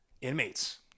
inmates